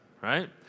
right